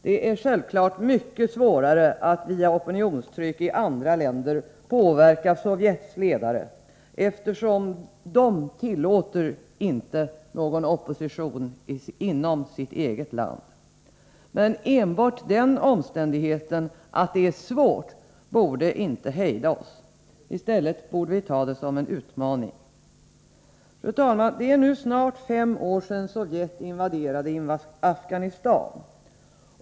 Det är självfallet mycket svårare att via opinionstryck i andra länder påverka Sovjets ledare, eftersom de inte tillåter någon opposition inom sitt land. Men enbart den omständigheten att det är svårt borde inte hejda oss. I stället borde vi ta det som en utmaning. Fru talman! Det är nu snart fem år sedan Sovjet invaderade Afghanistan.